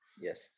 Yes